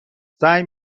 سعی